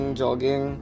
jogging